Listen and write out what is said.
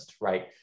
right